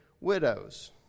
widows